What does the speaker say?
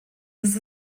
ist